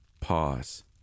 Pause